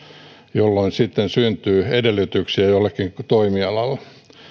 jolloin sitten syntyy edellytyksiä jollekin toimialalle